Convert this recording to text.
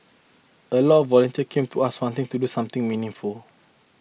a lot volunteers came to us wanting to do something meaningful